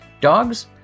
Dogs